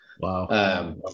Wow